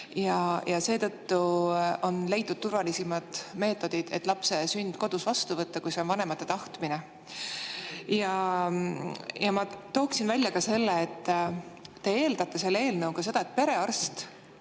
Seetõttu on leitud turvalisimad meetodid, et lapse sünd vastu võtta kodus, kui see on vanemate tahtmine. Ja ma tooksin välja ka selle, et te eeldate selle eelnõuga seda, et perearst